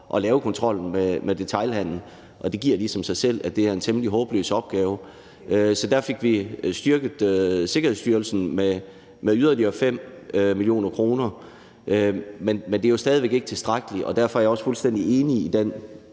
at lave kontrol med detailhandelen. Og det giver ligesom sig selv, at det er en temmelig håbløs opgave. Så der fik vi styrket Sikkerhedsstyrelsen med yderligere 5 mio. kr., men det er jo stadig væk ikke tilstrækkeligt. Derfor er jeg også fuldstændig enig i det,